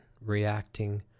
reacting